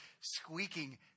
squeaking